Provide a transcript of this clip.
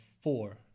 four